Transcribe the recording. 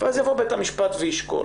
ואז יבוא בית המשפט וישקול.